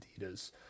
Adidas